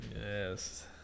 Yes